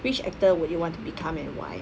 which actor would you want to become and why